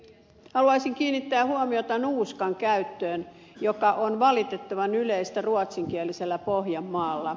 haluaisin kiinnittää huomiota nuuskan käyttöön joka on valitettavan yleistä ruotsinkielisellä pohjanmaalla